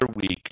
week